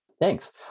Thanks